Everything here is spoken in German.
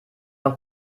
noch